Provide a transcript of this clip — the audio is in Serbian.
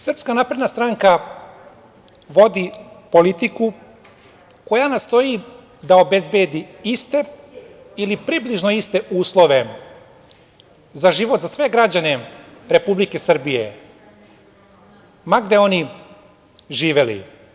Srpska napredna stranka vodi politiku koja nastoji da obezbedi iste ili približno iste uslove za život za sve građane Republike Srbije, ma gde oni živeli.